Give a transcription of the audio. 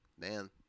man